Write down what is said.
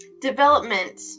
development